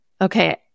Okay